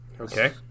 Okay